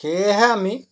সেয়েহে আমি